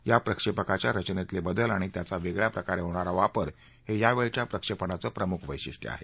या प्रक्षेपकाच्या रचनेतले बदल आणि त्याचा वेगळ्या प्रकारे होणारा वापर हे यावेळच्या प्रक्षेपणाचं प्रमुख वैशिष्ट्य आहे